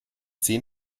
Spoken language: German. zehn